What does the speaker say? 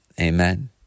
Amen